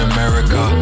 America